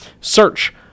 search